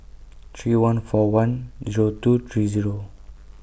three one four one Zero two three Zero